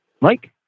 Mike